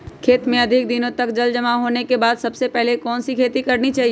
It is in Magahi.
खेत में अधिक दिनों तक जल जमाओ होने के बाद सबसे पहली कौन सी खेती करनी चाहिए?